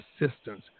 assistance